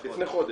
לפני חודש.